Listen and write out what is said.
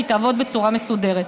שהיא תעבוד בצורה מסודרת.